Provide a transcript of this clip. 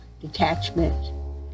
detachment